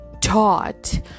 taught